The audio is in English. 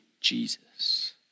Jesus